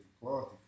cloth